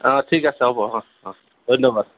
অঁ ঠিক আছে হ'ব অহ অহ ধন্যবাদ